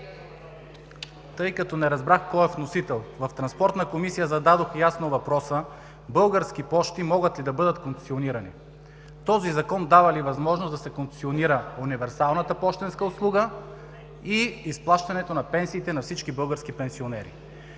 реплики.) Не разбрах кой е вносител. В Транспортна комисия зададох ясно въпроса: „Български пощи“ могат ли да бъдат концесионирани? Този Закон дава ли възможност да се концесионира универсалната пощенска услуга и изплащането на пенсиите на всички български пенсионери?